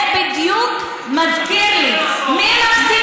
זה בדיוק מזכיר לי, המצרים